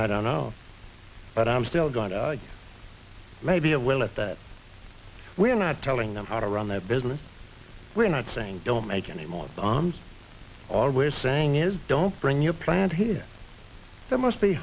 i don't know but i'm still going to maybe it will if that we're not telling them how to run their business we're not saying don't make any more bombs always saying is don't bring your plant here there must be